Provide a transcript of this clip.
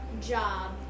job